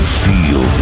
feel